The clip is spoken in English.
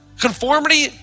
conformity